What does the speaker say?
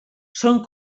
són